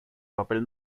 papel